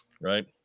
Right